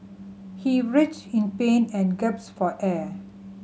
he writhed in pain and gasped for air